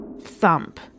thump